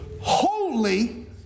holy